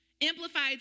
Amplified